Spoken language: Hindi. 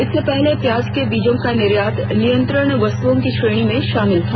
इससे पहले प्याज के बीजों का निर्यात नियंत्रित वस्तुओं की श्रेणी में शामिल था